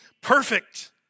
perfect